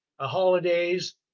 holidays